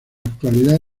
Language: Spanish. actualidad